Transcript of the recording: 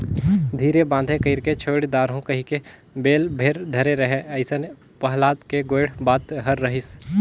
धीरे बांधे कइरके छोएड दारहूँ कहिके बेल भेर धरे रहें अइसने पहलाद के गोएड बात हर रहिस